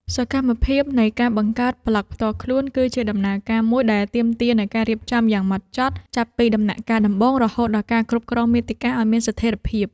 សកម្មភាពនៃការបង្កើតប្លក់ផ្ទាល់ខ្លួន គឺជាដំណើរការមួយដែលទាមទារនូវការរៀបចំយ៉ាងហ្មត់ចត់ ចាប់ពីដំណាក់កាលដំបូងរហូតដល់ការគ្រប់គ្រងមាតិកាឱ្យមានស្ថេរភាព។